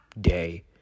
day